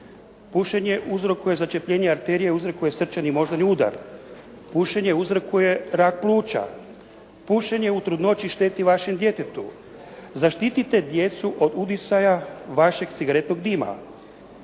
"Pušenje uzrokuje začepljenje arterija, uzrokuje srčani i moždani udar", "Pušenje uzrokuje rak pluća", "Pušenje u trudnoći šteti vašem djetetu", "Zaštitite djecu od udisaja vašeg cigaretnog dima",